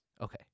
Okay